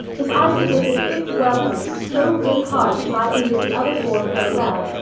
if i could bid the fifth welcome with so good heart as i can bid the other four farewell,